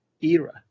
era